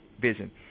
vision